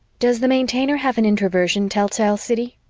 does the maintainer have an introversion telltale? siddy!